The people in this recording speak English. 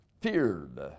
feared